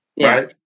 Right